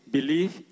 Believe